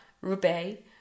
Roubaix